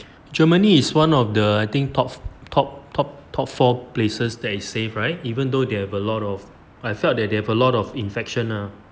germany is one of the I think top top top top four places that is safe right even though they have a lot of I felt that they have a lot of infection ah